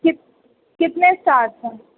کت کتنے اسٹارز ہیں